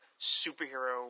superhero